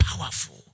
powerful